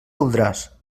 voldràs